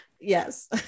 Yes